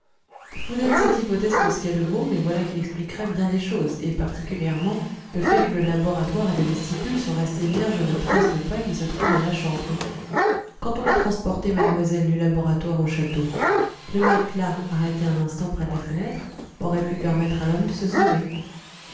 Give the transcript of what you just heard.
je vous donne cette hypothèse pour ce qu'elle vaut mais voilà qui expliquerait bien des choses et particulièrement le fait que le laboratoire et le vestibule sont restés vierges des traces de pas qui se trouvent dans la chambre quand on a transporté mademoiselle du laboratoire au château le matelas arrêté un instant près de la fenêtre aurait pu permettre à l'homme de se sauver